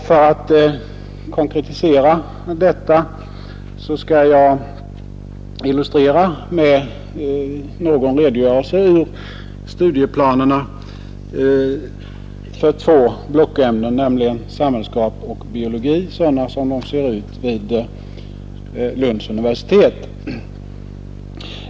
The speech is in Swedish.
För att konkretisera detta påstående skall jag något redogöra för hur studieplanerna för två blockämnen, nämligen samhällskunskap och biologi, ser ut vid Lunds universitet.